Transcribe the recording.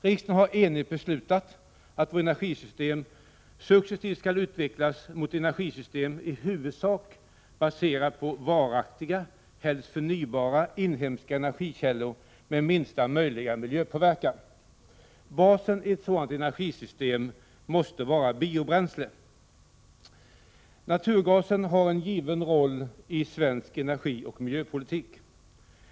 Riksdagen har enhälligt beslutat att vårt energisystem successivt skall utvecklas mot ett energisystem i huvudsak baserat på varaktiga, helst förnybara inhemska energikällor med minsta möjliga miljöpåverkan. Basen i ett sådant energisystem måste vara biobränslen. Naturgasen har en given roll i svensk energioch miljöpolitik.